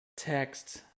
Text